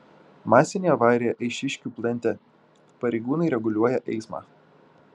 masinė avarija eišiškių plente pareigūnai reguliuoja eismą